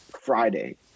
Friday